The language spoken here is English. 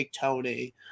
Tony